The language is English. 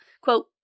Quote